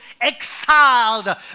exiled